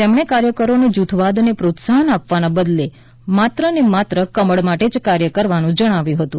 તેમણે કાર્યકરોને જુથવાદને પ્રોત્સાહન આપવાને બદલે માત્રને માત્ર કમળ માટે જ કાર્ય કરવા જણાવ્યું હતું